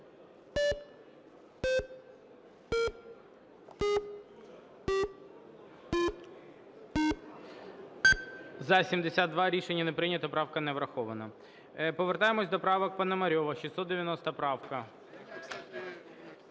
За-72 Рішення не прийнято. Правка не врахована. Повертаємось до правок Пономарьова. 690 правка.